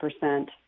percent